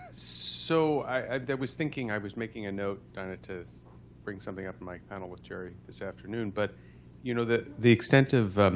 so i was thinking. i was making a note to bring something up in my panel with jerry this afternoon. but you know, the the extent of